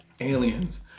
aliens